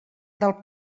del